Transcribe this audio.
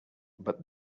but